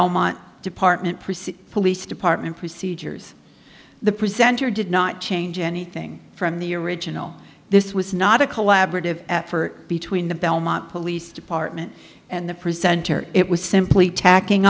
belmont department procedure police department procedures the presenter did not change anything from the original this was not a collaborative effort between the belmont police department and the presenter it was simply tacking